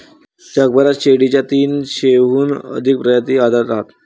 जगभरात शेळीच्या तीनशेहून अधिक प्रजाती आढळतात